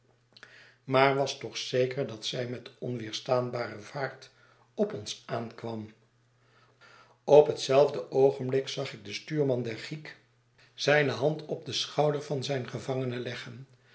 maar was toch zeker dat zij met onweerstaanbare vaart op ons aankwam op hetzelfde oogenblik zag ik den stuurman der giek zijne hand op den schouder van zijn gevangene leggen